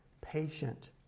Patient